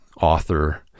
author